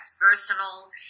personal